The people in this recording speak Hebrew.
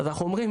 אנחנו אומרים